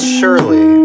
surely